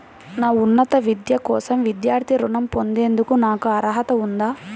నా ఉన్నత విద్య కోసం విద్యార్థి రుణం పొందేందుకు నాకు అర్హత ఉందా?